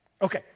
Okay